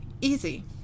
easy